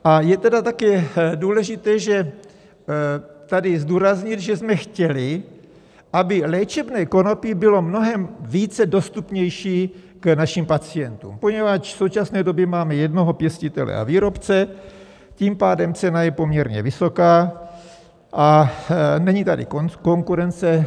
A je tedy také důležité tady zdůraznit, že jsme chtěli, aby léčebné konopí bylo mnohem dostupnější našim pacientům, poněvadž v současné době máme jednoho pěstitele a výrobce, tím pádem cena je poměrně vysoká a není tady jiná konkurence.